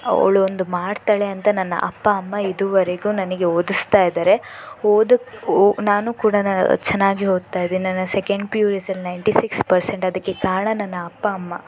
ಅವಳು ಒಂದು ಮಾಡ್ತಾಳೆ ಅಂತ ನನ್ನ ಅಪ್ಪ ಅಮ್ಮ ಇದುವರೆಗೂ ನನಗೆ ಓದಿಸ್ತಾ ಇದ್ದಾರೆ ಓದುಕ್ಕೆ ಓ ನಾನು ಕೂಡ ನ ಚೆನ್ನಾಗಿ ಓದ್ತಾ ಇದ್ದೀನಿ ನನ್ನ ಸೆಕೆಂಡ್ ಪಿ ಯು ಈ ಸಲ ನೈಂಟಿ ಸಿಕ್ಸ್ ಪರ್ಸೆಂಟ್ ಅದಕ್ಕೆ ಕಾರಣ ನನ್ನ ಅಪ್ಪ ಅಮ್ಮ